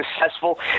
successful